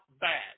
bad